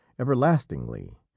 everlastingly